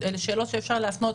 אלה שאלות שאפשר להפנות